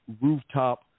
Rooftop